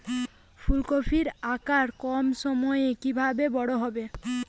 ফুলকপির আকার কম সময়ে কিভাবে বড় হবে?